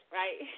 right